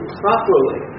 properly